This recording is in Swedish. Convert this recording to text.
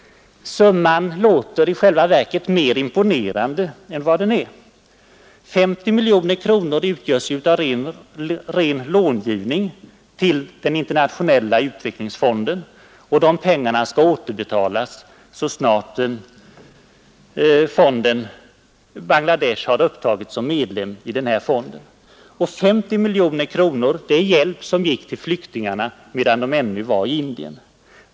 Summan låter i själva verket mer imponerande än den är. 50 miljoner kronor utgörs av ren långivning till Internationella utvecklingsfonden, och de pengarna skall återbetalas så snart Bangladesh har upptagits som medlem i fonden. Ytterligare 50 miljoner kronor är hjälp som gick till flyktingar som ännu var kvar i Indien.